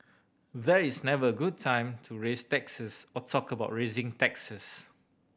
there is never a good time to raise taxes or talk about raising taxes